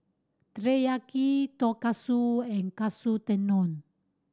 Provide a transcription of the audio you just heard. Teriyaki Tonkatsu and Katsu Tendon